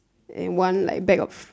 and one like bag of